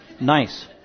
nice